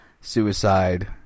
suicide